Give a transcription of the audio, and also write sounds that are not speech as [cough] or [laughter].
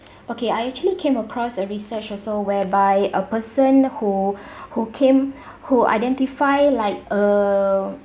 okay I actually came across a research also whereby a person who [breath] who came [breath] who identify like uh